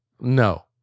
no